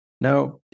Now